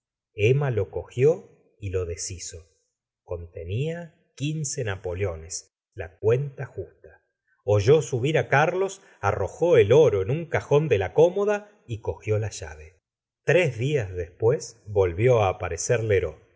emma lo cogió y lo deshizo contenía quince napoleones la cuenta justa oyó subir á carlos arrojó el oro en un cajón de la cómoda y cogió in llave tres días después volvió á aparecer